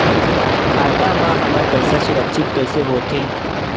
खाता मा हमर पईसा सुरक्षित कइसे हो थे?